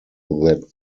that